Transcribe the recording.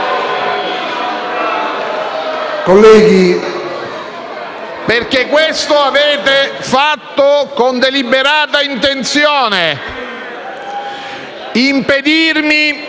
*(M5S)*. Perché questo avete fatto con deliberata intenzione: impedirmi